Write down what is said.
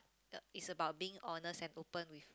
uh it's about being honest and open with